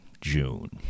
June